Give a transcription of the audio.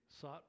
sought